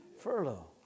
furlough